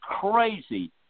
crazy